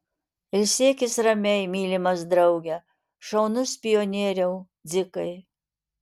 ilsėkis ramiai mylimas drauge šaunus pionieriau dzikai